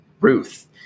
Ruth